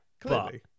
clearly